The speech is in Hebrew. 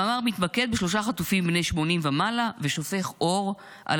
המאמר מתמקד בשלושה חטופים בני 80 ומעלה ושופך אור על